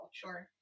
sure